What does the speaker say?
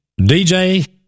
DJ